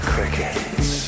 Crickets